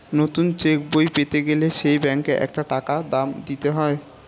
নতুন চেক বই পেতে গেলে সেই ব্যাংকে একটা টাকা দাম দিতে হয়